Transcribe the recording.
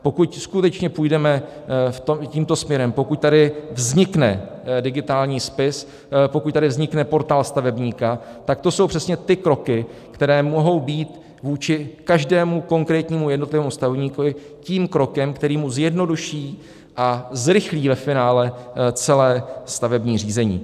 Pokud skutečně půjdeme tímto směrem, pokud tady vznikne digitální spis, pokud tady vznikne portál stavebníka, tak to jsou přesně ty kroky, které mohou být vůči každému konkrétnímu jednotlivému stavebníkovi tím krokem, který mu zjednoduší a zrychlí ve finále celé stavební řízení.